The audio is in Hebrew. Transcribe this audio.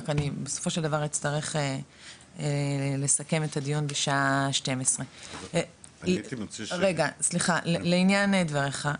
רק אני בסופו של דבר אצטרך לסכם את הדיון בשעה 12:00. לעניין דבריך,